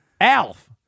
Alf